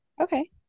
Okay